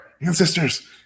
ancestors